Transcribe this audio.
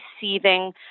seething